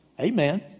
Amen